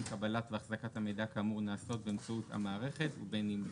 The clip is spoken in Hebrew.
קבלת ואחזקת המידע כאמור נעשות באמצעות המערכת ובין אם לאו".